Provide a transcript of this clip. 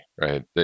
right